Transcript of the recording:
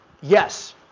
yes